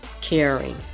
caring